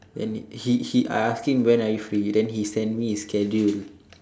and he he I ask him when are you free and then he sent me his schedule